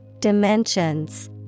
Dimensions